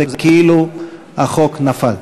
זה כאילו החוק נפל.